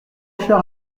cher